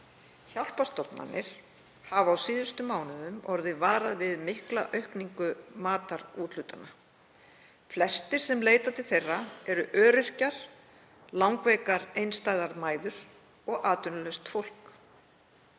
Hjálparstofnanir hafa á síðustu mánuðum orðið varar við mikla aukningu matarúthlutana. Flestir sem leita til þeirra eru öryrkjar, langveikar, einstæðar mæður og atvinnulaust fólk.